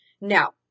now